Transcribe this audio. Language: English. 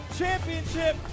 championship